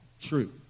True